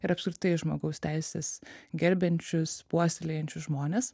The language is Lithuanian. ir apskritai žmogaus teises gerbiančius puoselėjančius žmones